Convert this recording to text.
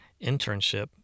internship